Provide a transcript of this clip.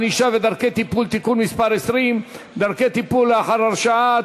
ענישה ודרכי טיפול) (תיקון מס' 20) (דרכי טיפול לאחר הרשעה),